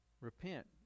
Repent